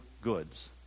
goods